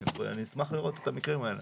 אני אשמח לראות את המקרים האלה.